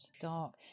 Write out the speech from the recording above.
dark